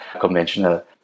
conventional